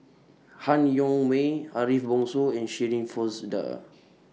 Han Yong May Ariff Bongso and Shirin Fozdar